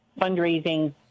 fundraising